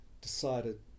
decided